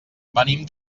venim